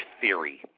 theory